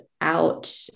out